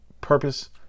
purpose